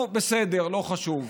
נו, בסדר, לא חשוב.